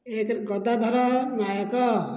ଏକ ଗଦାଧର ନାୟକ